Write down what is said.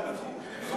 לא התפתחות,